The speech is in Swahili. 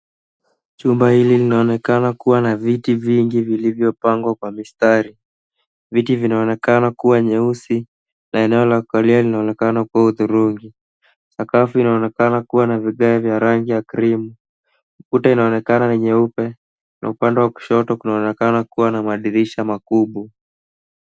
Chumba hiki kinaonekana kuwa na viti vingi vilivyopangwa kwa mistari. Viti vinaonekana kuwa nyeusi na eneo la kukalia linaonekana kuwa hudhurungi. Sakafu inaonekana kuwa na vigae vya rangi ya krimu. Ukuta inaonekana ni nyeupe na upande wa kushoto kunaonekana kuwa na madirisha makubwa.